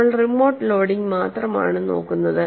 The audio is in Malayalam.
നമ്മൾ റിമോട്ട് ലോഡിംഗ് മാത്രമാണ് നോക്കുന്നത്